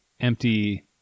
empty